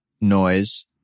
noise